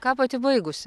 ką pati baigusi